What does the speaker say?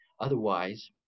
Otherwise